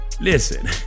Listen